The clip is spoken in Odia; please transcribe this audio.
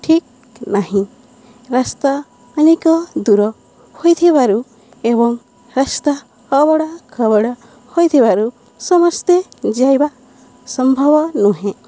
ଠିକ୍ ନାହିଁ ରାସ୍ତା ଅନେକ ଦୂର ହୋଇଥିବାରୁ ଏବଂ ରାସ୍ତା ଅବଡ଼ା ଖବଡ଼ା ହୋଇଥିବାରୁ ସମସ୍ତେ ଯିବା ସମ୍ଭବ ନୁହେଁ